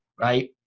right